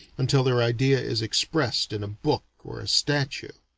until their idea is expressed in a book or a statue.